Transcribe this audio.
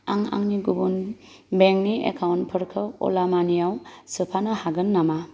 आं आंनि गुबुन बेंकनि एकाउन्टफोरखौ अला मानियाव सोफानो हागोन नामा